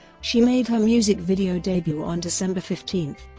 she made her music video debut on december fifteen,